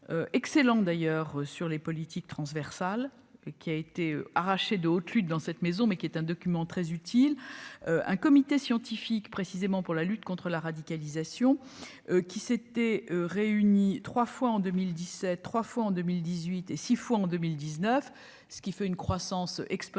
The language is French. excellent d'ailleurs sur les politiques transversales qui a été arraché de haute lutte dans cette maison, mais qui est un document très utile, un comité scientifique, précisément pour la lutte contre la radicalisation qui s'était réuni 3 fois en 2017 3 fois en 2018 et 6 fois en 2019, ce qui fait une croissance exponentielle,